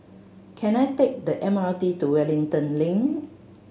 can I take the M R T to Wellington Link